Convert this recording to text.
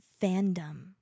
fandom